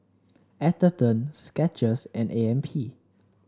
Atherton Skechers and A M P